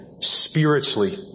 spiritually